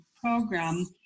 program